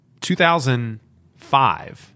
2005